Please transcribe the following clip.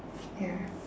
ya